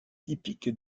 typique